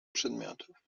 przedmiotów